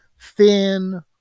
thin